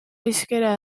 hizkera